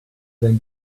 then